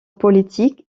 politique